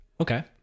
Okay